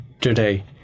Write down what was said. today